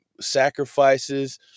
sacrifices